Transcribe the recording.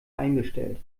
eingestellt